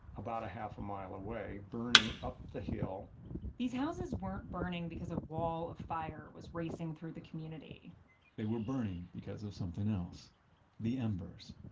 about a half a mile away, burning up the hill these houses weren't burning because a wall of fire was racing through the community they were burning because of something else the embers.